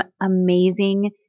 amazing